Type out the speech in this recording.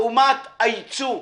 לעומת הייצוא,